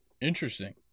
Interesting